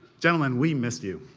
gentlemen, we miss you.